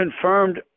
confirmed